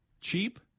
Cheap